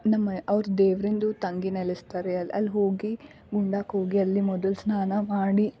ನಮ್ಮ ಅವ್ರು ದೇವರಿಂದು ತಂಗಿ ನೆಲೆಸ್ತಾರೆ ಅಲ್ಲಿ ಅಲ್ಲಿ ಹೋಗಿ ಗುಂಡಕ್ಕೆ ಹೋಗಿ ಅಲ್ಲಿ ಮೊದಲು ಸ್ನಾನ ಮಾಡಿ